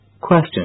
Question